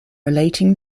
relating